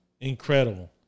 Incredible